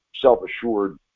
self-assured